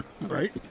right